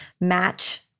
match